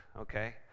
okay